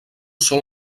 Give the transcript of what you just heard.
sol